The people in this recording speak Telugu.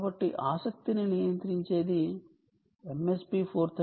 కాబట్టి ఆసక్తిని నియంత్రించేది MSP 430 F 5438A